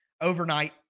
overnight